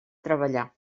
treballar